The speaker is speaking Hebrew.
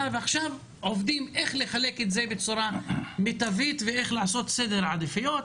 ועכשיו עובדים איך לחלק את זה בצורה מיטבית ואיך לעשות סדר עדיפויות.